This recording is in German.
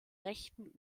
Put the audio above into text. rechten